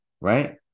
right